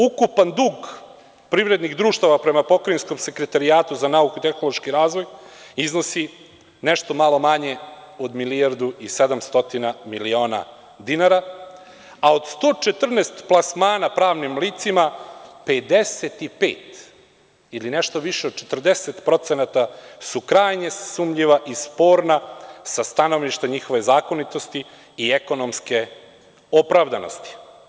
Ukupan dug privrednih društava prema Pokrajinskom sekretarijatu za nauku i tehnološki razvoj iznosi nešto malo manje od milijardu i 700 miliona dinara, a od 114 plasmana pravnim licima 55 ili nešto više od 40% su krajnje sumnjiva i sporna sa stanovišta njihove zakonitosti i ekonomske opravdanosti.